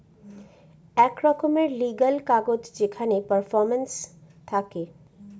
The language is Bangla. এক রকমের লিগ্যাল কাগজ যেখানে পারফরম্যান্স থাকে